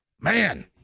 Man